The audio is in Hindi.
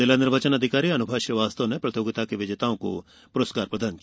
जिला निर्वाचन अधिकारी अनुभा श्रीवास्तव ने प्रतियोगिता के विजेताओं को पुरस्कृत किया